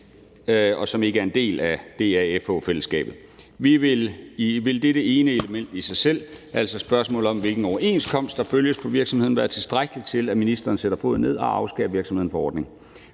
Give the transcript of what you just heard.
KA, som ikke er en del af DA-fællesskabet. Vil dette ene element i sig selv, altså spørgsmålet om, hvilken overenskomst der følges på virksomhederne, være tilstrækkeligt til, at ministeren sætter foden ned og afskærer virksomhederne fra ordningen?